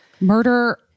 Murder